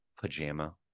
pajama